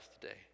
today